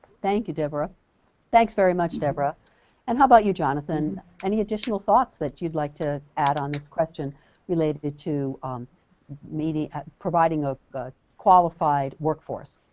thank you deborah thanks very much deborah and how bout you jonathan any additional thoughts that you'd like to ad on this question related to on meaty at providing up but qualified workforce